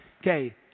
Okay